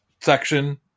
section